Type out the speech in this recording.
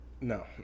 No